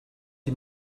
you